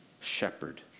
shepherd